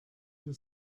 wir